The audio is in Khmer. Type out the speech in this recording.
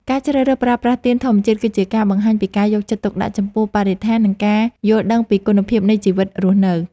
ការជ្រើសរើសប្រើប្រាស់ទៀនធម្មជាតិ គឺជាការបង្ហាញពីការយកចិត្តទុកដាក់ចំពោះបរិស្ថាន និង ការយល់ដឹងពីគុណភាពនៃជីវិតរស់នៅ។